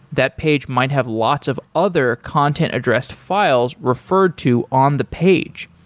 that page might have lots of other content addressed files referred to on the page.